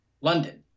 London